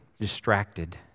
distracted